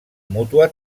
mútua